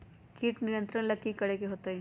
किट नियंत्रण ला कि करे के होतइ?